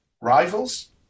rivals